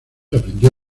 aprendió